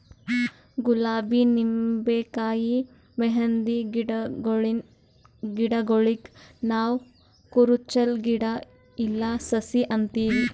ಗುಲಾಬಿ ನಿಂಬಿಕಾಯಿ ಮೆಹಂದಿ ಗಿಡಗೂಳಿಗ್ ನಾವ್ ಕುರುಚಲ್ ಗಿಡಾ ಇಲ್ಲಾ ಸಸಿ ಅಂತೀವಿ